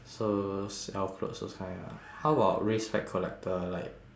so sell clothes those kind ah how about raise flag collector like